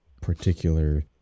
particular